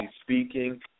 speaking